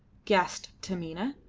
gasped taminah,